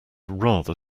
rather